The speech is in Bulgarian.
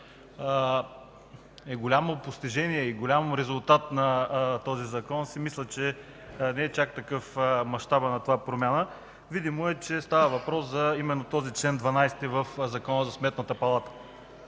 е голямо постижение и голям резултат на този закон, си мисля, че не е чак такъв мащабът на тази промяна. Видимо е, че става въпрос именно за този чл. 12 в Закона за Сметната палата.